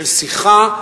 של שיחה,